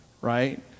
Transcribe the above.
right